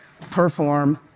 perform